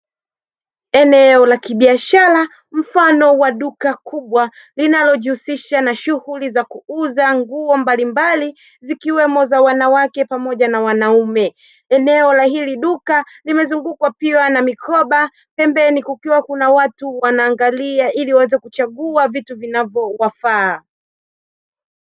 Eneo la kibiashara mfano wa duka kubwa linalojihusisha na shughuli za kuuza nguo mbalimbali zikiwemo za wanawake pamoja na wanaume, eneo la hili duka limezungukwa pia na mikoba pembeni kukiwa kuna watu wanaangalia ili waweze kuchagua vitu vinavyowafaa.